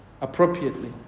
Appropriately